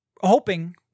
hoping